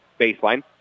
baseline